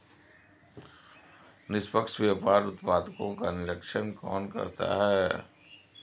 निष्पक्ष व्यापार उत्पादकों का निरीक्षण कौन करता है?